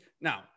now